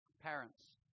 parents